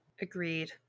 Agreed